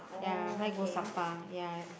ya I like go Sapa ya